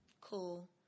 Cool